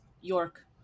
York